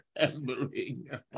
remembering